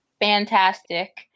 fantastic